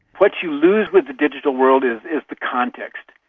what you lose with the digital world is is the context.